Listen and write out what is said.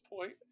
point